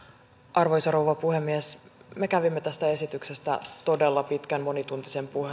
arvoisa rouva puhemies me kävimme tästä esityksestä todella pitkän monituntisen